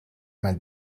might